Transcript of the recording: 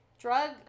Drug